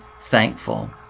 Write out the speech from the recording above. thankful